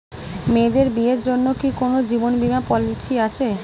মেয়েদের বিয়ের জন্য কি কোন জীবন বিমা পলিছি আছে?